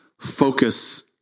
focus